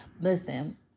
Listen